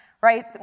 right